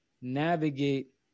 navigate